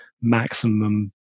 maximum